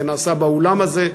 זה נעשה באולם הזה,